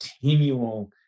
continual